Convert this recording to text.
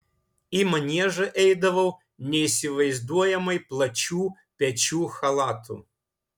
į maniežą eidavau neįsivaizduojamai plačių pečių chalatu